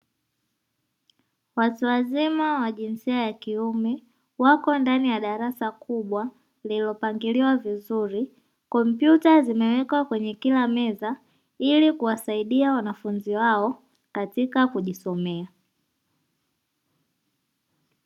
Watu wazima wa jinsia ya kiume wako ndani ya darasa kubwa lililopangiliwa vizuri, kompyuta zimewekwa kwenye kila meza ili kuwasaidia wanafunzi wao katika kujisomea.